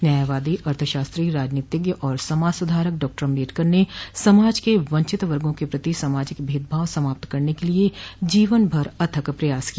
न्यायवादी अर्थशास्त्री राजनीतिज्ञ और समाज सुधारक डॉक्टर अम्बेडकर ने समाज के वंचित वर्गों के प्रति सामाजिक भेदभाव समाप्त करने के लिए जीवन भर अथक प्रयास किया